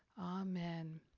amen